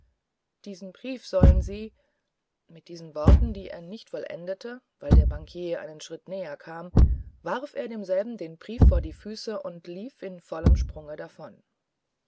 diesen brief sollen sie mit diesen worten die er nicht vollendete weil der bankier einen schritt näher kam warf er demselben den brief vor die füße und lief in vollem sprunge davon